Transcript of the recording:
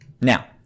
Now